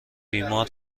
بیمار